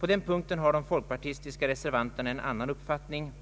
På den punkten har de folkpartistiska reservanterna en annan uppfattning,